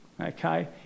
Okay